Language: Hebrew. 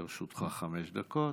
לרשותך חמש דקות.